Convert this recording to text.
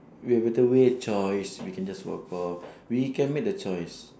we have better way choice we can just walk off we can make the choice